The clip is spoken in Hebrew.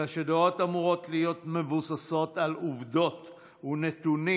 אלא שדעות אמורות להיות מבוססות על עובדות ונתונים,